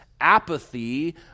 apathy